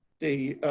the